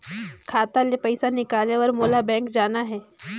खाता ले पइसा निकाले बर मोला बैंक जाना हे?